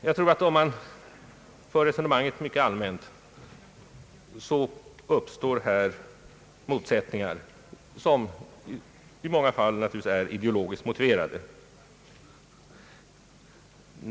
Jag tror att om man för resonemanget mycket allmänt uppstår motsättningar som i många fall naturligtvis är ideologiskt grundade.